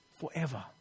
forever